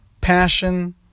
passion